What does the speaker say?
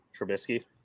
Trubisky